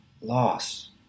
loss